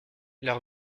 leur